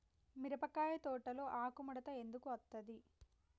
మిరపకాయ తోటలో ఆకు ముడత ఎందుకు అత్తది?